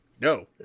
No